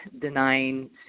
denying